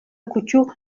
kutsu